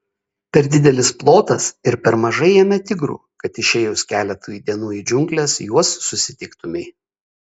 per didelis plotas ir per mažai jame tigrų kad išėjus keletui dienų į džiungles juos susitiktumei